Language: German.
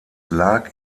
lag